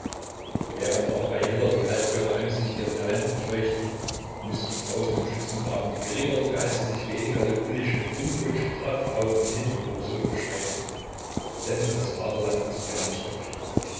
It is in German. während aber bei hiller die halbgötter emsig ihr talent befeuchteten mußten draußen im schützengraben die geringeren geister sich weniger lukullisch mit rumfutsch drahtverhau und hindenburgsuppe bescheiden denn das vaterland ist janusköpfig